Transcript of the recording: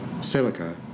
silica